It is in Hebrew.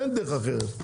אין דרך אחרת.